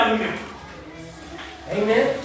Amen